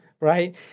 right